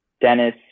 dennis